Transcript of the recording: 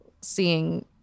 seeing